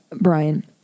Brian